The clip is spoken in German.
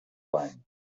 sein